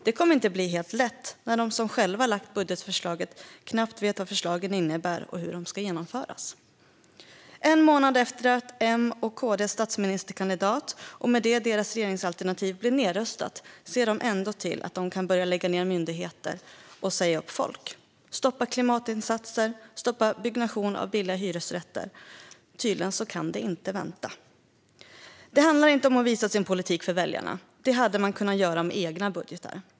Det kommer inte att bli helt lätt då de som själva lagt fram budgetförslaget knappt vet vad förslagen innebär och hur de ska genomföras. En månad efter att M:s och KD:s statsministerkandidat, och i och med det deras regeringsalternativ, blev nedröstad ser de ändå till att kunna börja lägga ned myndigheter och säga upp folk. De stoppar klimatinsatser och byggnation av billiga hyresrätter. Tydligen kan det inte vänta. Det handlar inte om att visa sin politik för väljarna. Det hade man kunnat göra med egna budgetmotioner.